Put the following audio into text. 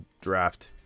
draft